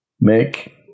make